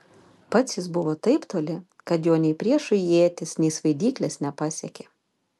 pats jis buvo taip toli kad jo nei priešų ietys nei svaidyklės nepasiekė